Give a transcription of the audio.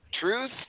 Truth